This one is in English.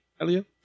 Elio